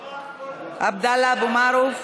ולדעתי, היום, דווקא היום,